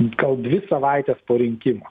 gal dvi savaites po rinkimų